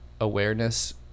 awareness